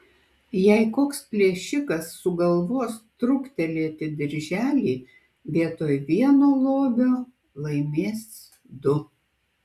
jei koks plėšikas sugalvos truktelėti dirželį vietoj vieno lobio laimės du